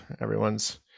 Everyone's